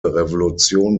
revolution